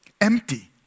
empty